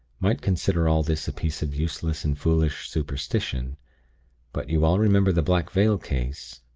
might consider all this a piece of useless and foolish superstition but you all remember the black veil case,